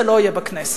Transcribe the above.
זה לא יהיה בכנסת.